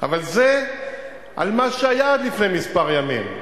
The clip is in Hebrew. אבל, זה על מה שהיה עד לפני כמה ימים.